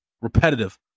Repetitive